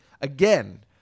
again